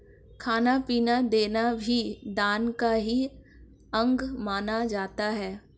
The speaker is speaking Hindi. खाना पीना देना भी दान का ही अंग माना जाता है